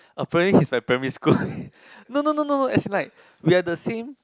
apparently he's my primary school no no no no no as in like we have the same